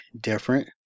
different